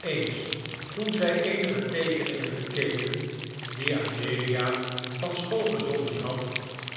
eens toen zij eenige teekeningen bekeken die amelia van school gezonden had